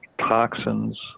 toxins